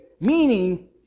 meaning